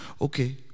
Okay